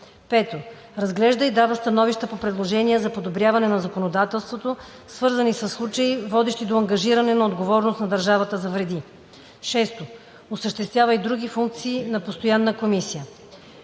5. разглежда и дава становища по предложения за подобряване на законодателството, свързани със случаи, водещи до ангажиране на отговорност на държавата за вреди; 6. осъществява и други функции на постоянна комисия.